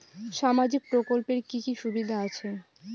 সামাজিক প্রকল্পের কি কি সুবিধা আছে?